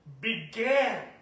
began